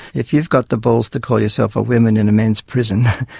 if you've got the balls to call yourself a woman in a men's prison,